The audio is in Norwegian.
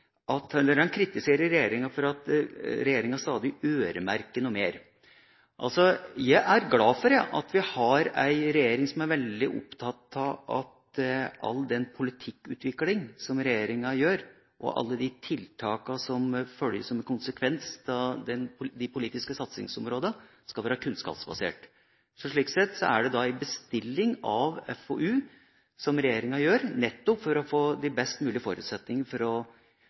For det første kritiserer Warloe regjeringa for at regjeringa stadig øremerker noe mer. Jeg er glad for, jeg, at vi har en regjering som er veldig opptatt av at all den politikkutvikling som regjeringa gjør, og alle de tiltakene som følger som en konsekvens av de politiske satsingsområdene, skal være kunnskapsbaserte. Slik sett er det da en bestilling av FoU som regjeringa gjør, nettopp for å få de best mulige forutsetninger for å